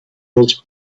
was